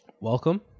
welcome